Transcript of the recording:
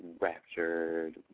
raptured